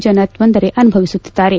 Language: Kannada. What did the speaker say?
ಜನ ತೊಂದರೆ ಅನುಭವಿಸುತ್ತಿದ್ದಾರೆ